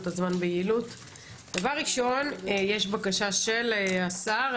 דבר ראשון, יש בקשה של השר.